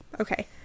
Okay